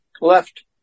left